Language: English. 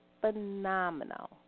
phenomenal